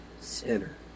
sinner